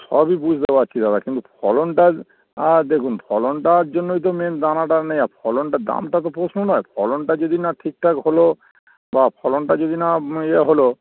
সবই বুঝতে পারছি দাদা কিন্তু ফলনটার আ দেখুন ফলনটার জন্যই তো মেন দানাটা নেই আর ফলনটার দামটা তো পশ্ন নয় ফলনটা যদি না ঠিকঠাক হলো বা ফলনটা যদি না ইয়ে হলো